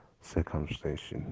circumstance